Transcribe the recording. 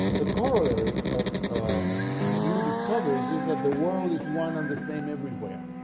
a corollary of ah the new discoveries is that the world is one and the same everywhere.